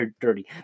dirty